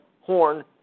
Horn